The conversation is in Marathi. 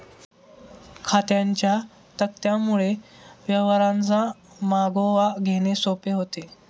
खात्यांच्या तक्त्यांमुळे व्यवहारांचा मागोवा घेणे सोपे होते